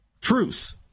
truth